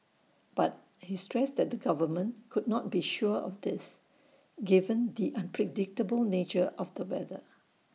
but he stressed that the government could not be sure of this given the unpredictable nature of the weather